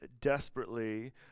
desperately